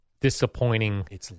disappointing